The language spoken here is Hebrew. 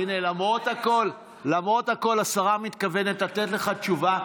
הינה, למרות הכול השרה מתכוונת לתת לך תשובה.